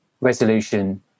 resolution